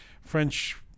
French